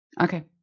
Okay